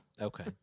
Okay